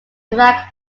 iraq